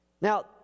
Now